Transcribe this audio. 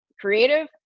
creative